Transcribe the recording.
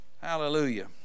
Hallelujah